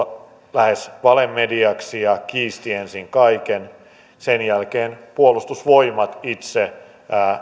lähes valemediaksi ja kiisti ensin kaiken sen jälkeen puolustusvoimat itse